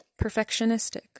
perfectionistic